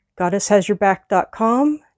goddesshasyourback.com